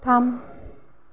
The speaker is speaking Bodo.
थाम